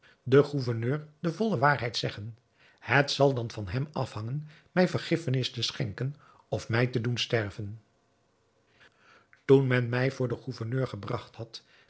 den gouverneur de volle waarheid zeggen het zal dan van hem afhangen mij vergiffenis te schenken of mij te doen sterven toen men mij voor den gouverneur gebragt had